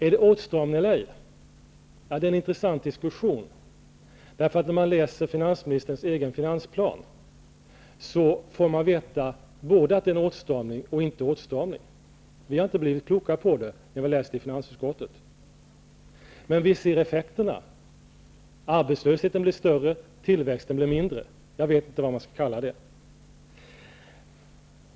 Är det åtstramning eller ej? Det är en intressant diskussion, för om man läser finansministerns egen finansplan får man veta att det är både åstramning och inte åtstramning. Vi har inte blivit klokare på det när vi har läst det i finansutskottet. Men vi ser effekterna: arbetslösheten blir större, tillväxten blir mindre. Jag vet inte vad man skall kalla det.